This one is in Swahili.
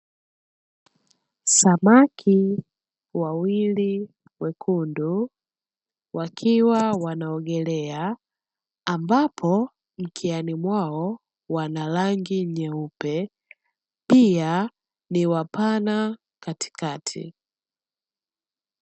Samaki wawili wekundu wakiwa wanaogelea, ambapo mkiani mwao wana rangi nyeupe, pia ni wapana katikati.